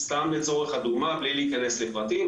סתם לצורך הדוגמה בלי להיכנס לפרטים,